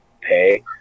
pay